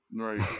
right